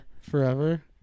Forever